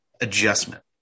adjustment